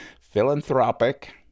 philanthropic